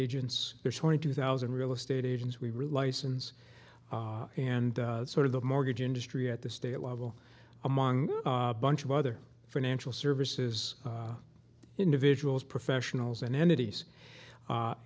agents there are twenty two thousand real estate agents we really license and sort of the mortgage industry at the state level among bunch of other financial services individuals professionals and entities